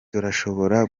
turashobora